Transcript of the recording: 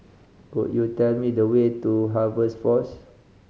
could you tell me the way to Harvest Force